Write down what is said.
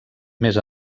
més